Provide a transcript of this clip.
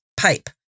PIPE